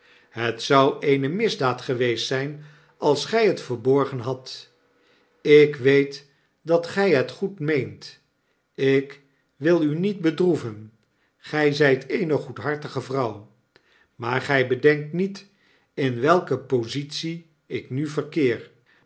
het zou eene misdaad geweest zijn als gy het verborgen hadt ik weet dat gy het goed meent ik wil u niet bedroeven gy zijt eene goedhartige vrouw maar gy bedenkt niet m welke positie ik nu verkeer